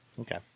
okay